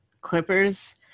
Clippers